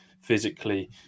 physically